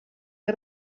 que